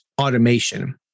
automation